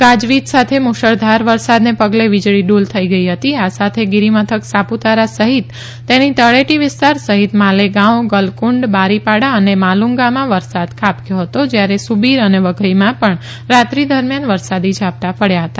ગાજવીજ સાથે મુશળધાર વરસાદ ને પગલે વીજળી ડૂલ થઈ ગઈ હતી આ સાથે ગિરિમથક સાપુતારા સહિત તેની તળેટી વિસ્તાર સહીત માલેગાંવ ગલકુંડ બારીપાડા અને માલુંગા માં વરસાદ ખાબકથો હતો જ્યારે સુબીર અને વઘઇ માં પણ રાત્રે દરમિયાન વરસાદી ઝાપટા પડ્યા હતા